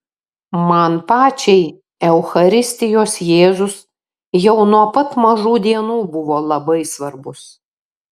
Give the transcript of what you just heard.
man pačiai eucharistijos jėzus jau nuo pat mažų dienų buvo labai svarbus